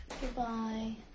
goodbye